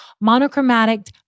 monochromatic